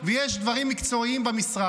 חסרי תרבות וחסרי יושרה.